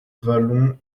vallon